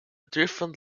different